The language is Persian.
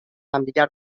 همدیگر